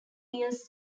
years